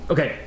Okay